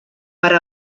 per